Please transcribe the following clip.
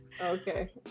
Okay